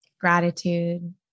gratitude